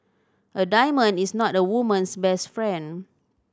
a diamond is not a woman's best friend